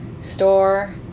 store